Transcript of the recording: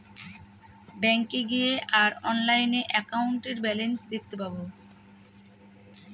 ব্যাঙ্কে গিয়ে আর অনলাইনে একাউন্টের ব্যালান্স দেখতে পাবো